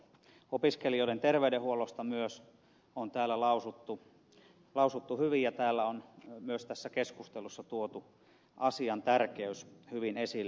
opiskelijoiden terveydenhuollosta myös on täällä lausuttu hyvin ja täällä on myös tässä keskustelussa tuotu asian tärkeys hyvin esille